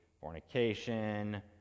fornication